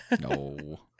No